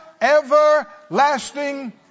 everlasting